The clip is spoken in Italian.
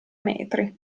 metri